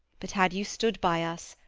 but had you stood by us,